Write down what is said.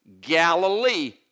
Galilee